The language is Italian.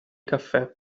caffè